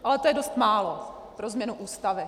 Ale to je dost málo pro změnu Ústavy.